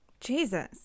Jesus